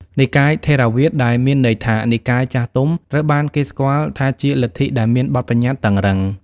និកាយថេរវាទ ដែលមានន័យថា និកាយចាស់ទុំត្រូវបានគេស្គាល់ថាជាលទ្ធិដែលមានបទប្បញ្ញត្តិតឹងរ៉ឹង។